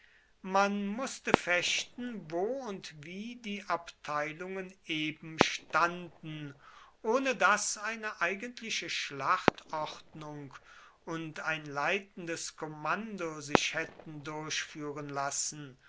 man mußte fechten wo und wie die abteilungen eben standen ohne daß eine eigentliche schlachtordnung und ein leitendes kommando sich hätten durchführen lassen